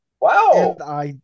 Wow